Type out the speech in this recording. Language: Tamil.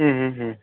ம் ம் ம்